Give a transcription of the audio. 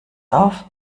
auf